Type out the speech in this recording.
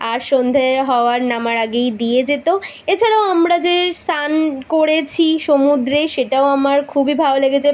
আর সন্ধে হওয়ার নামার আগেই দিয়ে যেত এছাড়াও আমরা যে স্নান করেছি সমুদ্রে সেটাও আমার খুবই ভালো লেগেছে